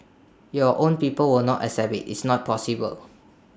your own people will not accept IT it's not possible